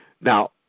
Now